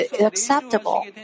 acceptable